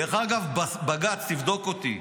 דרך אגב, תבדוק אותי,